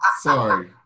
sorry